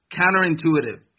counterintuitive